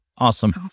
Awesome